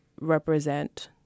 represent